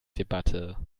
debatte